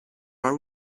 are